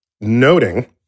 noting